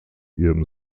ihrem